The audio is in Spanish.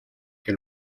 que